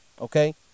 Okay